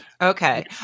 Okay